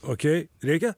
okei reikia